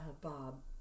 Bob